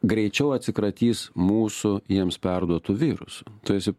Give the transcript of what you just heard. greičiau atsikratys mūsų jiems perduotų vyrus tu esi